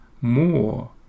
more